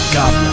goblin